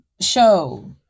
show